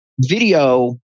video